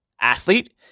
athlete